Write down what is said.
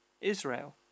Israel